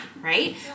right